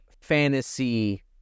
fantasy